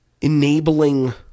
enabling